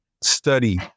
study